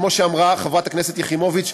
כמו שאמרה חברת הכנסת יחימוביץ,